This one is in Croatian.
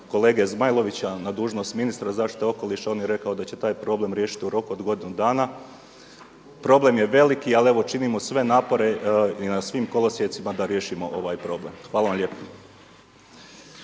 kolege Zmajlovića na dužnost ministra zaštite okoliša on je rekao da će taj problem riješiti u roku od godinu dana. Problem je veliki, ali evo činimo sve napore i na svim kolosijecima da riješimo ovaj problem. Hvala vam lijepo.